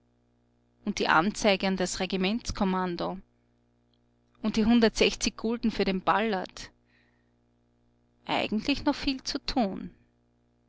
und die anzeige an das regimentskommando und die hundertsechzig gulden für den ballert eigentlich noch viel zu tun